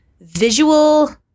visual